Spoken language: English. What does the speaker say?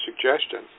suggestion